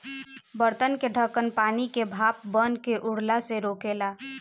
बर्तन के ढकन पानी के भाप बनके उड़ला से रोकेला